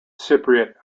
cypriot